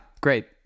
great